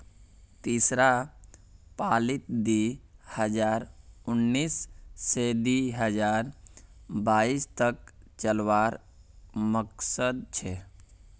तीसरा पालीत दी हजार उन्नीस से दी हजार बाईस तक चलावार मकसद छे